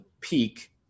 peak